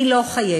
היא לא חייבת.